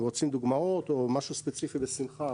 אם רוצים דוגמאות או משהו ספציפי, בשמחה.